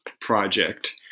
project